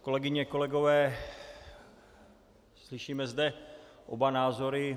Kolegyně a kolegové, slyšíme zde oba názory.